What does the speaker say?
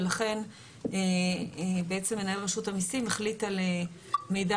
ולכן בעצם מנהל רשות המיסים החליט על מידע